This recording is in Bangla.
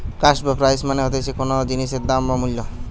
কস্ট বা প্রাইস মানে হতিছে কোনো জিনিসের দাম বা মূল্য